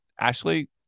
Ashley